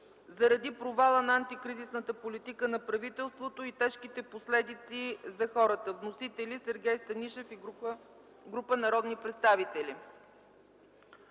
заради провала на антикризисната политика на правителството и тежките последици за хората. Вносители: Сергей Станишев и група народни представители.